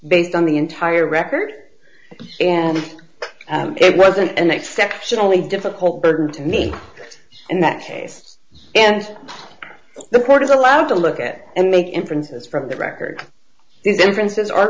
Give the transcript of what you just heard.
based on the entire record and it wasn't an exceptionally difficult burden to me in that case and the court is allowed to look at and make inferences from the record the differences are